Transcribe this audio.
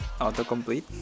autocomplete